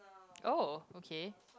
oh okay